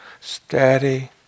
Steady